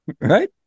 Right